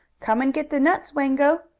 come and get the nuts, wango!